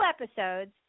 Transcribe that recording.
episodes